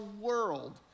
world